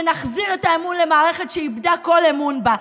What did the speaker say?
ונחזיר את האמון למערכת שאיבדה כל אמון בה.